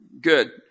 good